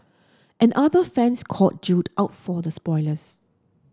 and other fans called Jill out for the spoilers